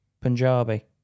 Punjabi